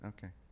Okay